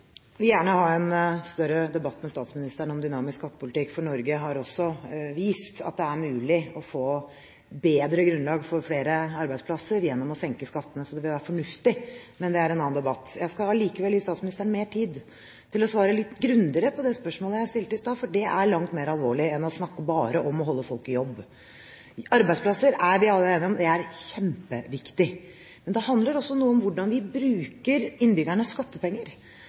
vil gjerne ha en større debatt med statsministeren om dynamisk skattepolitikk, for Norge har også vist at det er mulig å få bedre grunnlag for flere arbeidsplasser gjennom å senke skattene. Så det vil være fornuftig. Men det er en annen debatt. Jeg skal imidlertid gi statsministeren mer tid til å svare litt grundigere på det spørsmålet jeg stilte i stad, for det er langt mer alvorlig enn bare å snakke om å holde folk i jobb. Vi er alle enige om at arbeidsplasser er kjempeviktig. Men det handler også noe om hvordan vi bruker innbyggernes skattepenger.